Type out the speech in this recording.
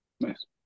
Nice